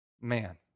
man